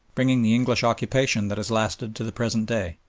bringing the english occupation that has lasted to the present day.